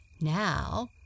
Now